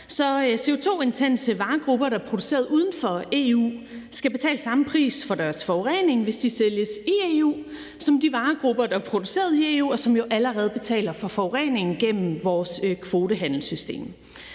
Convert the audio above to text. af CO2-intense varegrupper, der er produceret uden for EU, skal betale samme pris for deres forurening, hvis de sælges i EU, som der betales for de varegrupper, der er produceret i EU, og hvor der allerede betales for forureningen gennem vores kvotehandelssystem.